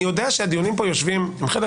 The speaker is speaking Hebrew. אני יודע שהדיונים פה יושבים אצל חלק